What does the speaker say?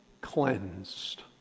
cleansed